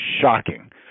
shocking